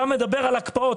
אתה מדבר על הקפאות,